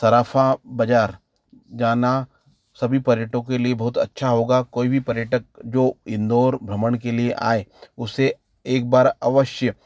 सराफा बाजार जाना सभी पर्यटकों के लिए बहुत अच्छा होगा कोई भी पर्यटक जो इंदौर भ्रमण के लिए आए उसे एक बार अवश्य